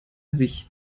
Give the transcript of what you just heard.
sich